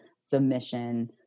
submission